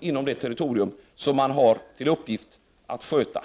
inom det territorium som man har till uppgift att sköta.